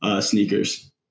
sneakers